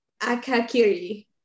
Akakiri